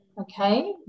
okay